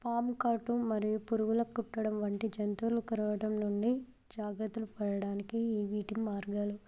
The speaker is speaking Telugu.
పాము కాటు మరియు పురుగులు కుట్టడం వంటి జంతువులు కరవడం నుంచి జాగ్రత్తలు పడటానికి ఈ వీటి మార్గాలు